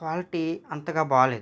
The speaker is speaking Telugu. క్వాలిటీ అంతగా బాలేదు